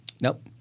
Nope